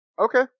Okay